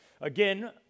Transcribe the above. Again